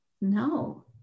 no